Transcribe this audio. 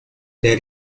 there